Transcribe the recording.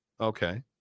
Okay